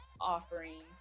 offerings